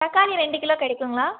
தக்காளி ரெண்டு கிலோ கிடைக்குங்ளா